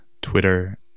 Twitter